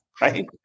right